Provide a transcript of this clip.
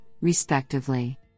respectively